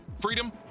freedom